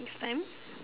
next time